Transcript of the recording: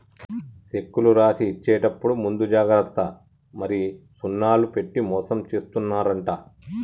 సెక్కులు రాసి ఇచ్చేప్పుడు ముందు జాగ్రత్త మరి సున్నాలు పెట్టి మోసం జేత్తున్నరంట